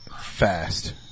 Fast